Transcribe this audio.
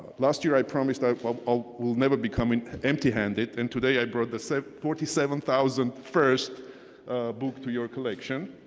last year i promised i will ah will never be coming empty handed. and today i brought the so forty seven thousand first book to your collection.